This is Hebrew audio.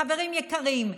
חברים יקרים,